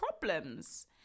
problems